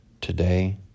Today